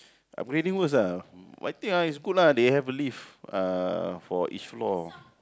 upgrading worse ah but I think ah it's good lah they have a lift uh for each floor